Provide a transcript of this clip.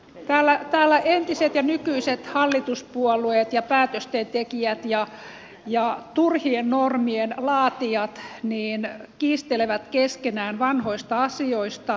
täällä entiset ja nykyiset hallituspuolueet ja päätösten tekijät ja turhien normien laatijat kiistelevät keskenään vanhoista asioista